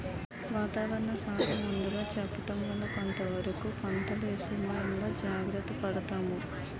వాతావరణ శాఖ ముందుగా చెప్పడం వల్ల కొంతవరకు పంటల ఇసయంలో జాగర్త పడతాము